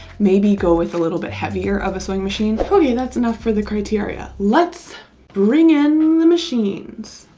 maybe go with a little bit heavier of a sewing machine okay, that's enough for the criteria let's bring in the machines